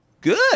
good